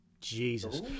Jesus